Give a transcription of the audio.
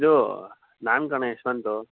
ಇದು ನಾನು ಕಣೋ ಯಶ್ವಂತು